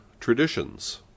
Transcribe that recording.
traditions